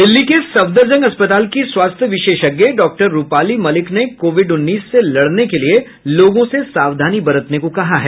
दिल्ली के सफदरजंग अस्पताल की स्वास्थ्य विशेषज्ञ डॉक्टर रूपाली मलिक ने कोविड उन्नीस से लड़ने के लिए लोगों से सावधानी बरतने को कहा है